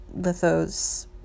lithos